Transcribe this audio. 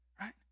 right